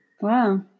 Wow